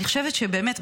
אני חושבת שבאמת,